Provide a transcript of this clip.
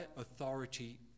authority